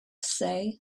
say